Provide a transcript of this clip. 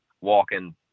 walking